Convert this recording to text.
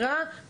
הראה,